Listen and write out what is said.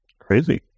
Crazy